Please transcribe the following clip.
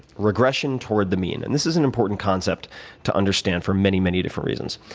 regression toward the mean and this is an important concept to understand for many, many different reasons.